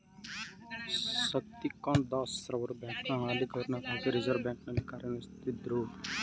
ಶಕ್ತಿಕಾಂತ್ ದಾಸ್ ರವರು ಬ್ಯಾಂಕ್ನ ಹಾಲಿ ಗವರ್ನರ್ ಹಾಗಿ ರಿವರ್ಸ್ ಬ್ಯಾಂಕ್ ನಲ್ಲಿ ಕಾರ್ಯನಿರ್ವಹಿಸುತ್ತಿದ್ದ್ರು